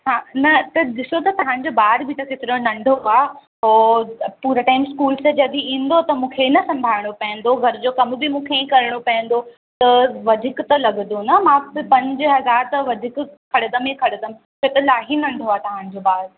हा न त ॾिसो त तव्हांजो ॿार बि त केतिरो नंढो आहे पोइ पूरे टाइम स्कूल सां जॾहिं ईंदो त मूंखे न संभालिणो पवंदो घर जो कम बि मूंखे ई करिणो पवंदो त वधीक त लॻंदो न मां त पंज हज़ार त वधीक खणदमि ई खणदमि छो त इलाही नंढो आहे तव्हांजो ॿार